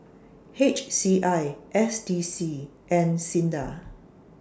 H C I S D C and SINDA